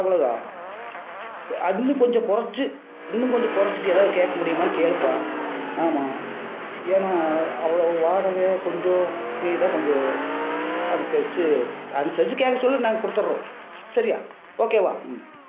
அவ்வளோதா அதிலேந்து கொஞ்சம் குறச்சி இன்னும் கொஞ்சம் குறச்சி எதாவது கேட்க முடியுமான்னு கேளுப்பா ஆமா ஏன்னா அவ்வளோ வாடகை கொஞ்சம் நீதான் கொஞ்சம் அனுசரித்து அனுசரிச்சி கேட்க சொல்லு நாங்கள் கொடுத்துட்றோம் சரியா ஓகேவா ம்